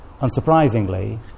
unsurprisingly